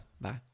Bye